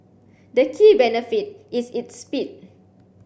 the key benefit is its speed